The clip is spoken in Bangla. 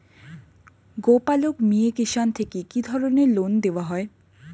গোপালক মিয়ে কিষান থেকে কি ধরনের লোন দেওয়া হয়?